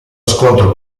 scontro